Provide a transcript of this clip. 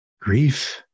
grief